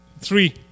Three